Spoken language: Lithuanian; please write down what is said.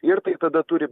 ir tai tada turi